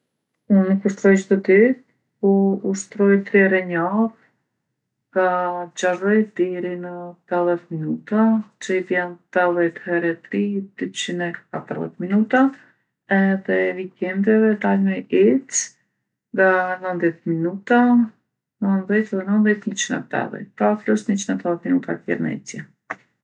Unë nuk ushtroj çdo ditë, po ushtroj tri here n'javë nga gjashdhet deri në tedhet minuta, që i bjen tedhet here tri, dyqin e katërdhet minuta. Edhe vikendeve dal me ecë nga nondhjetë minuta, nondhet edhe nondhet, niqin e tedhetë. Pra plus niqin e tedhet minuta tjerë në ecje.